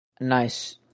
nice